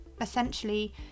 essentially